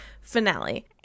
finale